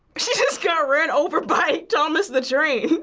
she just got ran over by thomas the train.